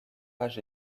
raj